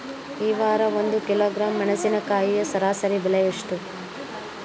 ಈ ವಾರ ಒಂದು ಕಿಲೋಗ್ರಾಂ ಮೆಣಸಿನಕಾಯಿಯ ಸರಾಸರಿ ಬೆಲೆ ಎಷ್ಟು?